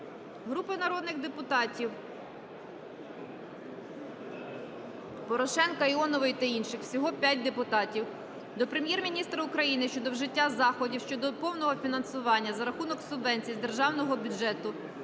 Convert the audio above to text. Групи народних депутатів (Порошенка, Іонової та інших. Всього 5 депутатів) до Прем'єр-міністра України щодо вжиття заходів щодо повного фінансування за рахунок субвенції з державного бюджету